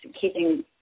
keeping